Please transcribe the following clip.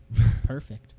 Perfect